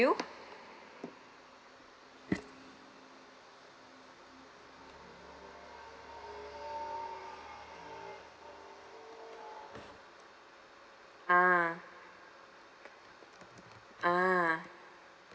ah ah